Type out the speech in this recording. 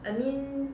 I mean